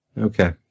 Okay